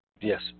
Yes